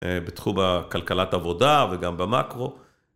בתחום הכלכלת עבודה וגם במקרו.